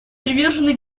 привержены